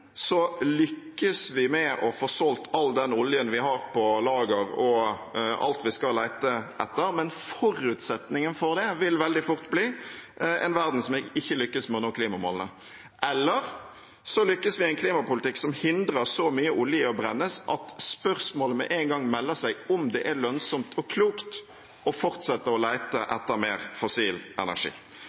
lykkes vi med å få solgt all den oljen vi har på lager og alt vi skal lete etter – men forutsetningen for det vil veldig fort bli en verden som ikke lykkes med å nå klimamålene – eller så lykkes vi med en klimapolitikk som hindrer så mye olje i å brennes at spørsmålet med én gang melder seg om det er lønnsomt og klokt å fortsette å lete etter mer fossil energi.